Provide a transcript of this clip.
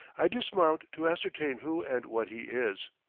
i dismount to ascertain who and what he is.